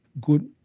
good